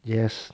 yes